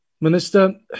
Minister